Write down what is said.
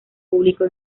público